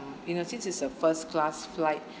you know since it's a first class flight